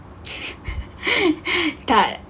tak